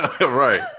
right